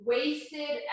Wasted